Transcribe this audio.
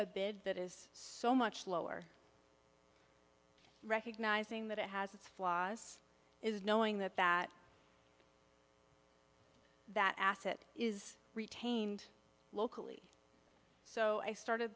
a bid that is so much lower recognizing that it has its flaws is knowing that that that asset is retained locally so i started